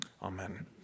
Amen